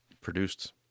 produced